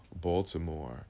Baltimore